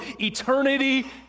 eternity